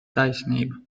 taisnība